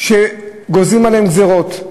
שגוזרים עליהם גזירות,